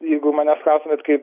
jeigu manęs klaustumėt kaip